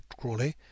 Crawley